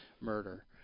murder